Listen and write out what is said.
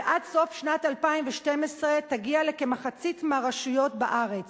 ועד סוף שנת 2012 היא תגיע לכמחצית מהרשויות בארץ.